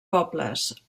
pobles